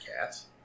cats